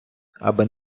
аби